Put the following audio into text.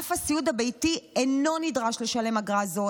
ענף הסיעוד הביתי אינו נדרש לשלם אגרה זו,